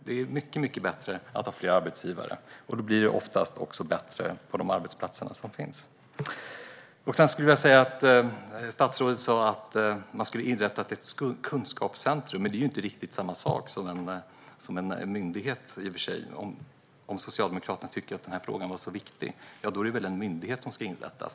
Det är mycket bättre att ha fler arbetsgivare, och det blir oftast också bättre på de arbetsplatser som finns. Statsrådet sa att man ska inrätta ett kunskapscentrum, men det är inte riktigt samma sak som en myndighet. Om Socialdemokraterna tycker att den här frågan är så viktig är det väl en myndighet som ska inrättas?